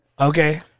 Okay